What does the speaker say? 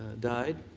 died?